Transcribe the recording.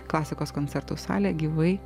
klasikos koncertų salė gyvai